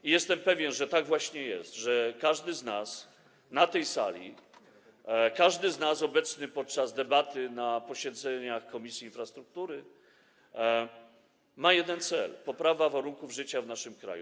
I jestem pewien, że tak właśnie jest, że każdy z nas na tej sali, każdy z nas obecny podczas debaty na posiedzeniach Komisji Infrastruktury ma jeden cel: poprawę warunków życia w naszym kraju.